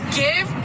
give